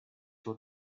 your